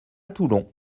toulon